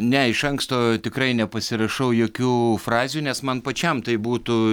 ne iš anksto tikrai nepasirašau jokių frazių nes man pačiam tai būtų